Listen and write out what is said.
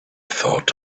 thought